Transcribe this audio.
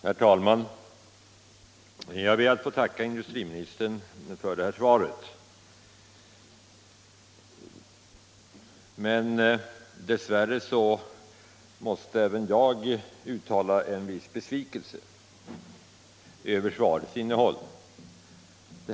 Herr talman! Jag ber att få tacka industriministern för hans svar på min interpellation, men dess värre måste även jag uttala en viss besvikelse över svarets innehåll.